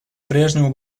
прежнему